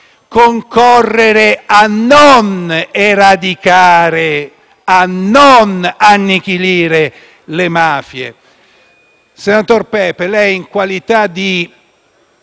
concorrere a non eradicare, a non annichilire le mafie.